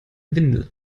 windel